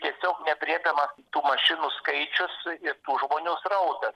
tiesiog neaprėpiama tų mašinų skaičius ir žmonių srautas